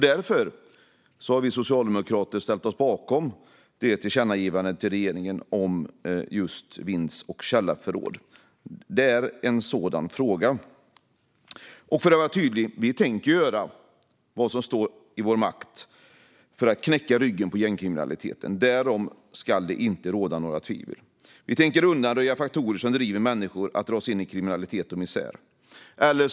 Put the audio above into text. Därför har vi socialdemokrater ställt oss bakom tillkännagivandet till regeringen om vinds och källarförråd. Det är en sådan fråga. För att vara tydlig: Vi tänker göra vad som står i vår makt för att knäcka ryggen på gängkriminaliteten. Därom ska det inte råda några tvivel. Vi tänker undanröja faktorerna som driver människor in i kriminalitet och misär.